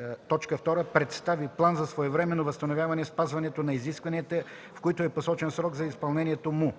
или 2. представи план за своевременно възстановяване спазването на изискванията, в който е посочен срок за изпълнението му;